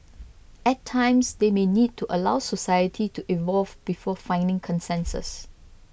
at times they may need to allow society to evolve before finding consensus